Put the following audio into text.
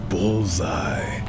Bullseye